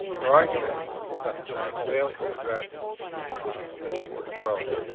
their arguments as we'll discuss tonight failed to address the people who grow it.